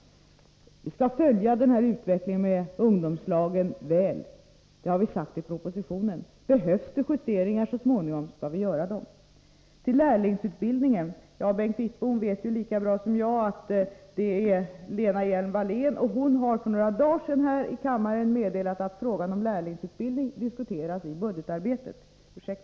Vi skall noga följa utvecklingen av verksamheten med ungdomslag. Det har vi sagt i propositionen. Om det så småningom behövs justeringar, skall vi göra sådana. Beträffande lärlingsutbildningen vill jag säga att Bengt Wittbom vet lika bra som jag att det är en fråga som sorterar under Lena Hjelm-Wallén. Hon meddelade för några dagar sedan här i kammaren att frågan om lärlingsutbildning diskuteras i budgetarbetet.